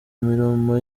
mirimo